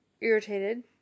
irritated